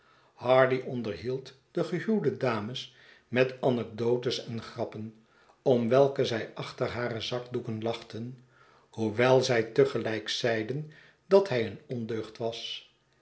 erhield de gehuwde dames met anekdotes en grappen om welke zij achter hare zakdoeken lachten hoe wel zij te gelijk zeiden dat hij een ondeugd was